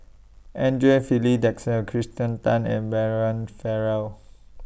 Andre Filipe Desker Kirsten Tan and Brian Farrell